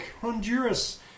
Honduras